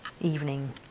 evening